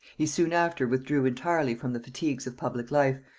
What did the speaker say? he soon after withdrew entirely from the fatigues of public life,